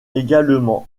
également